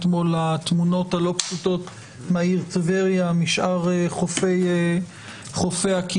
אתמול לתמונות הלא פשוטות מהעיר טבריה ומשאר חופי הכינרת.